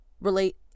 relate